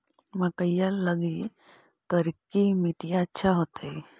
मकईया लगी करिकी मिट्टियां अच्छा होतई